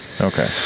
Okay